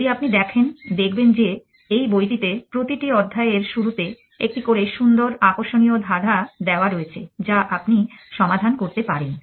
যদি আপনি দেখেন দেখবেন যে এই বইটিতে প্রতিটি অধ্যায়ের শুরুতে একটি করে সুন্দর আকর্ষণীয় ধাঁধা দেওয়া রয়েছে যা আপনি সমাধান করতে পারেন